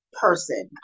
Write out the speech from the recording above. person